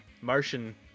Martian